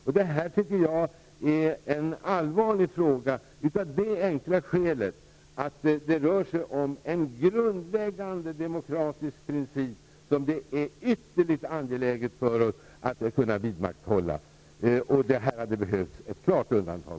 Jag tycker att det här är en allvarlig fråga av det enkla skälet att det rör sig om en grundläggande demokratisk princip som det är ytterligt angeläget för oss att kunna vidmakthålla. Här hade det behövts ett klart undantag.